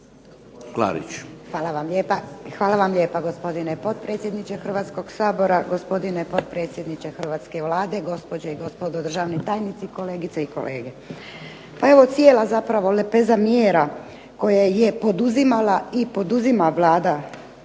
Hvala vam lijepa gospodine potpredsjedniče Hrvatskog sabora, gospodine potpredsjedniče hrvatske Vlade, gospođe i gospodo državni tajnici, kolegice i kolege. Pa evo cijela zapravo lepeza mjera koje je poduzimala i poduzima Vlada